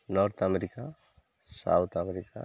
north America south America